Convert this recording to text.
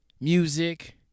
music